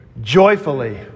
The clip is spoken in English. Joyfully